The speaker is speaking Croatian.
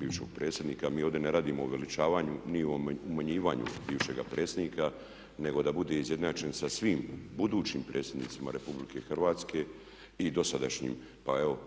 bivšeg predsjednika, mi ovdje ne radimo o uveličavanju ni o umanjivanju bivšega predsjednika nego da bude ujednačen sa svim budućim predsjednicima RH i dosadašnjim pa evo